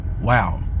Wow